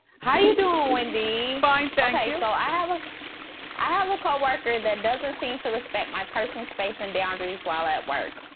how are you doing, wendy? fine, thank you. so i have a i have a coworker that doesn't seem to respect my personal space and boundaries while at work.